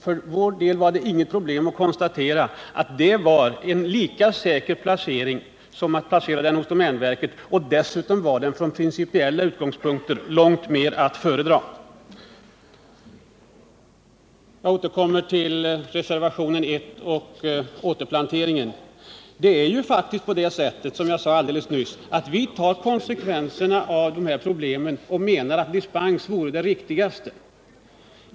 För vår del var det inget problem att konstatera att marken därmed får en lika säker placering som hos domänverket. Dessutom är detta från principiella utgångspunkter långt mer att föredra. Jag återkommer så till reservationen 1 om återplanteringen. Jag sade alldeles nyss att vi tar konsekvenserna av dessa problem och menar att dispens vore det riktigaste.